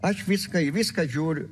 aš viską į viską žiūriu